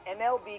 MLB